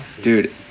Dude